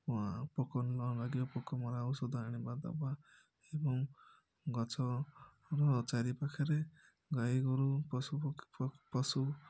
ପୋକ ନଲାଗିବେ ପୋକମରା ଔଷଧ ଆଣିବା ଦେବା ଏବଂ ଗଛର ଚାରି ପାଖରେ ଗାଈ ଗୋରୁ ପଶୁପକ୍ଷୀ ପଶୁ